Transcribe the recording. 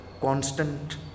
constant